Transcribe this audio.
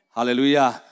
Hallelujah